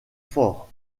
fort